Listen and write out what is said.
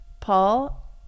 paul